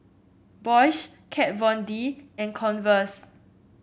Bosch Kat Von D and Converse